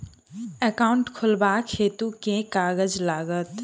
Account खोलाबक हेतु केँ कागज लागत?